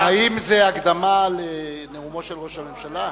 האם זאת הקדמה לנאומו של ראש הממשלה?